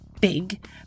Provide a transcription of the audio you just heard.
big